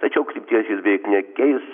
tačiau krypties jis beveik nekeis